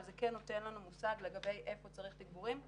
זה כן נותן לנו מושג איפה צריך תיגבורים,